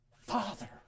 Father